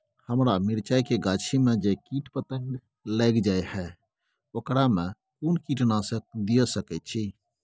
हमरा मिर्चाय के गाछी में जे कीट पतंग लैग जाय है ओकरा में कोन कीटनासक दिय सकै छी?